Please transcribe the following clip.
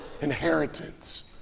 inheritance